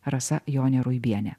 rasa jonė ruibienė